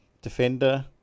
defender